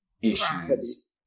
Issues